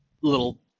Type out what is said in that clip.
little